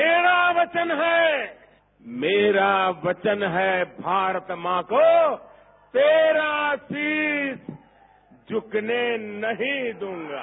मेरा वचन हैं मेरा वचन हैं भारत मां को तेरा शीश झुकने नहीं दूंगा